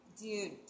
Dude